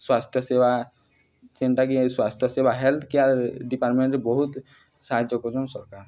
ସ୍ୱାସ୍ଥ୍ୟ ସେବା ଯେନ୍ଟାକି ସ୍ୱାସ୍ଥ୍ୟ ସେବା ହେଲ୍ଥ କେୟାର ଡିପାର୍ଟମେଣ୍ଟରେ ବହୁତ ସାହାଯ୍ୟ କରସନ୍ ସରକାର୍